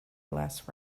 less